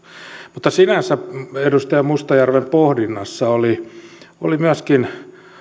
mutta sinänsä edustaja mustajärven pohdinnassa oli oli myöskin